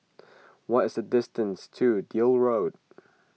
what is the distance to Deal Road